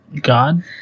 God